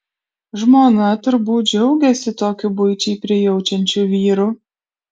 žmona turbūt džiaugiasi tokiu buičiai prijaučiančiu vyru